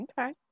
Okay